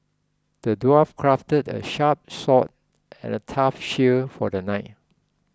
the dwarf crafted a sharp sword and a tough shield for the knight